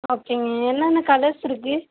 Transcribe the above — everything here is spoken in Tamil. ஓகேங்க என்னென்ன கலர்ஸ் இருக்குது